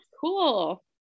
cool